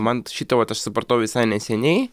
man šitą vat aš supratau visai neseniai